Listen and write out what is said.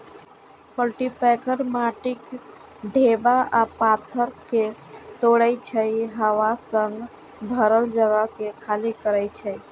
cultipacker माटिक ढेपा आ पाथर कें तोड़ै छै आ हवा सं भरल जगह कें खाली करै छै